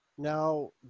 Now